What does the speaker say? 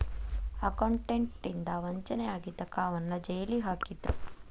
accountant ಇಂದಾ ವಂಚನೆ ಆಗಿದಕ್ಕ ಅವನ್ನ್ ಜೈಲಿಗ್ ಹಾಕಿದ್ರು